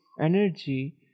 energy